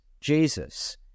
Jesus